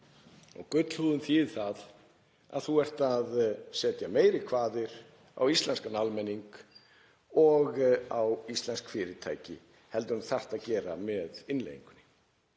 Gullhúðun þýðir það að þú ert að setja meiri kvaðir á íslenskan almenning og á íslensk fyrirtæki heldur en þú þarft að gera með innleiðingunni.